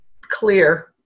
clear